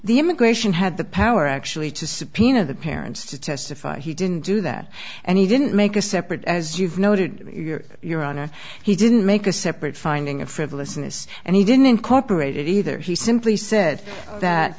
the immigration had the power actually to subpoena the parents to testify he didn't do that and he didn't make a separate as you've noted your honor he didn't make a separate finding of frivolousness and he didn't incorporate it either he simply said that